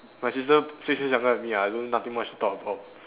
my sister six years younger than me ah I don't nothing much to talk about